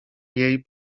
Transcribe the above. jej